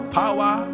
power